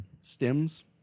stems